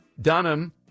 Dunham